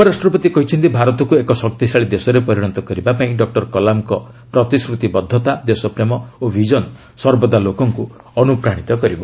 ଉପରାଷ୍ଟ୍ରପତି କହିଛନ୍ତି ଭାରତକୁ ଏକ ଶକ୍ତିଶାଳୀ ଦେଶରେ ପରିଣତ କରିବା ପାଇଁ ଡକ୍ଟର କଳାମଙ୍କ ପ୍ରତିଶ୍ରତିବଦ୍ଧତା ଦେଶପ୍ରେମ ଓ ଭିଜନ ସର୍ବଦା ଲୋକଙ୍କୁ ଅନୁପ୍ରାଣିତ କରିବ